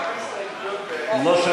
83,